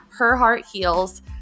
herheartheals